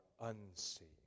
unseen